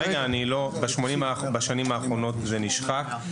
בשנים האחרונות זה נשחק.